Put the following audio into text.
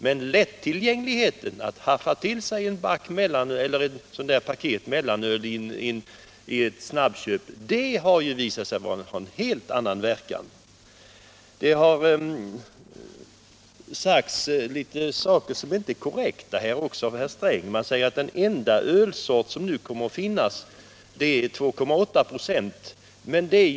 Men lättheten att haffa ett paket mellanöl i ett snabbköp har visat sig ha en helt annan verkan. Det har framförts en del påståenden som inte varit helt korrekta. Också herr Sträng har gjort det. Man säger att den enda ölsort som nu kommer att finnas är den som håller en alkoholhalt av 2,8 26.